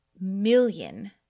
million